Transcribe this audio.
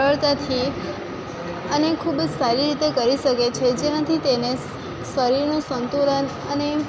સરળતાથી અને ખૂબ જ સારી રીતે કરી શકે છે જેનાથી તેને સ શરીરનું સંતુલન અને